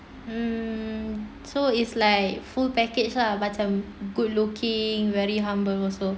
mm so it's like full package lah macam good looking very humble also